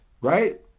Right